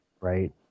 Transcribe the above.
right